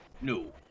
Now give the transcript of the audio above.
No